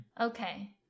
Okay